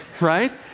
right